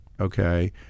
okay